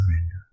Surrender